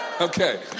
Okay